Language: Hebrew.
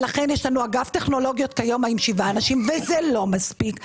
לכן יש לנו אגף טכנולוגיות עם 7 אנשים וזה לא מספיק.